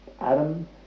Adam